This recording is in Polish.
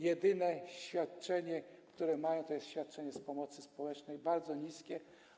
Jedyne świadczenie, które mają, to jest świadczenie z pomocy społecznej, bardzo niskie.